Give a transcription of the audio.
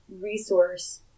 resource